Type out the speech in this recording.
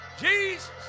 Jesus